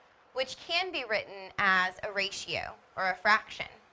which can be written as a ratio, or a fraction.